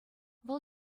вӑл